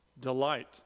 Delight